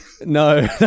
No